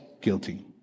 guilty